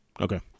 Okay